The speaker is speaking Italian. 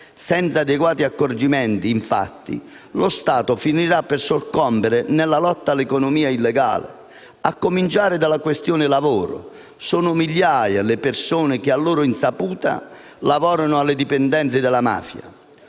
Senza adeguati accorgimenti, infatti, lo Stato finirà per soccombere nella lotta all'economia illegale, a cominciare dalla questione lavoro. Sono migliaia le persone che, a loro insaputa, lavorano alle dipendenze della mafia.